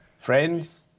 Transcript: Friends